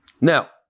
Now